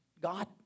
God